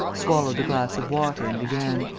swallowed a glass of water and began